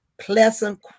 pleasant